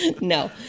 No